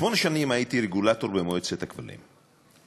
שמונה שנים הייתי רגולטור במועצת הכבלים,